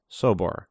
Sobor